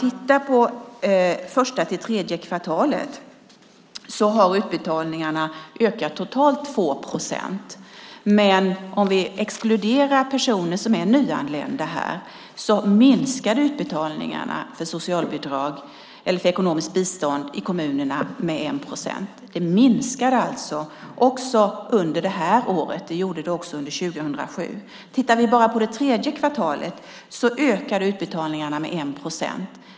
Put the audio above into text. Tittar man på första till tredje kvartalet har utbetalningarna ökat med totalt 2 procent. Exkluderar vi personer som är nyanlända minskade utbetalningarna av ekonomiskt bistånd i kommunerna med 1 procent. Det minskade alltså i år. Det gjorde det också 2007. Tittar vi bara på det tredje kvartalet ökade utbetalningarna med 1 procent.